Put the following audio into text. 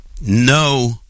No